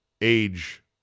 age